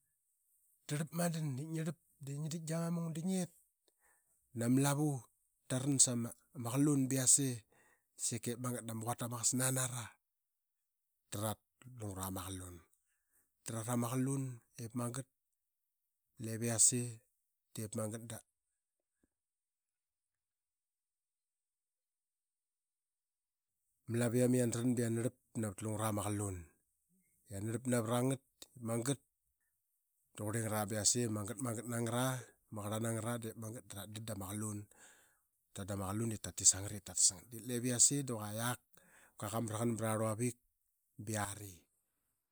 Tarlap madan i ngi arlap dengi dik da ma mung de ngit nama lavu raran sama qalun ba yase sika. Ip magat dama quata ma qasna nara tarat lungra ma qalun. Tarat ama qalun ip magat lep yase dep mangat da ma laviam yan dran ba yanarlap navat lungra ma qalun. Yan arlap navragat. Magat da qurlingra ba yase magat. Magat nangat ra maqarlan. Dep magat da ratdan da ma qalun. Ta da dan ma qalun i. Dep magat da ratdan dama qalun. Ta dan da ma qalun i. Tatit snagat ip tatas ngat lep yase da qua yak kua qamraqan prarluavile ba yari